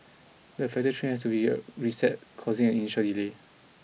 the further train has to be reset causing an initial delay